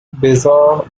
bizarre